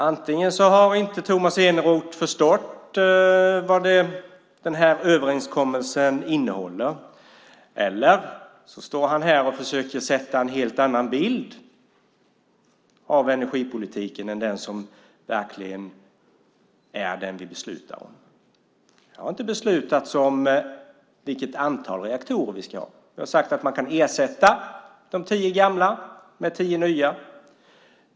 Antingen har Tomas Eneroth inte förstått vad överenskommelsen innehåller, eller också står han här och försöker måla upp en helt annan bild av energipolitiken än den vi verkligen beslutar om. Det har inte beslutats om vilket antal reaktorer vi ska ha. Vi har sagt att de tio gamla reaktorerna kan ersättas med tio nya.